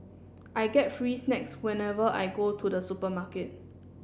I get free snacks whenever I go to the supermarket